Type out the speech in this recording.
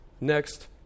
next